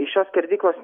iš šios skerdyklos